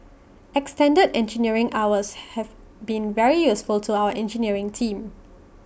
extended engineering hours have been very useful to our engineering team